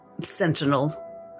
sentinel